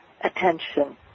attention